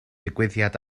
digwyddiad